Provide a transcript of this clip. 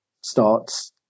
starts